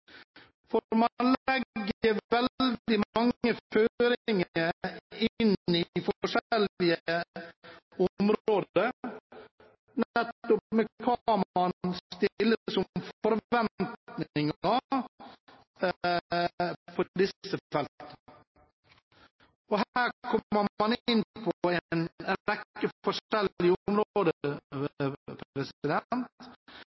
For man legger veldig mange føringer inn i forskjellige områder for hva man stiller som forventninger på disse feltene. Her kommer man inn på en